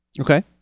Okay